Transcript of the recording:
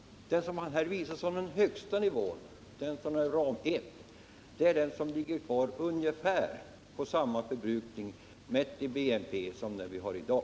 Den nivå som på bilden visas som den högsta, ram 1, ligger under det värde mätt i BNP som vi i dag har.